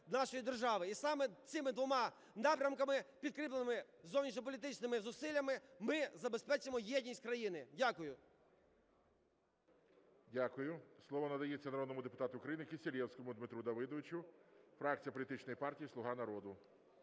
нашої держави. І саме цими двома напрямками, підкріпленими зовнішньополітичними зусиллями, ми забезпечимо єдність країни. Дякую. ГОЛОВУЮЧИЙ. Дякую. Слово надається народному депутату України Кисилевському Дмитру Давидовичу, фракція політичної партії "Слуга народу".